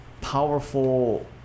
powerful